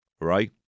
right